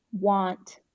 want